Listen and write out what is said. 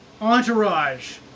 Entourage